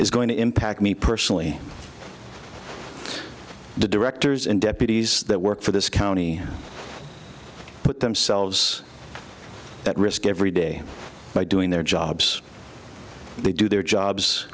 is going to impact me personally the directors and deputies that work for this county but themselves at risk every day by doing their jobs they do their jobs